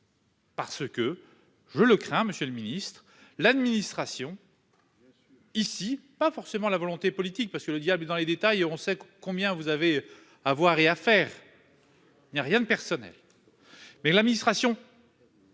Parce que je le crains. Monsieur le Ministre, l'administration. Ici, pas forcément la volonté politique parce que le diable est dans les détails et on sait combien vous avez à voir et à faire. Il n'y a rien de personnel. Mais l'administration.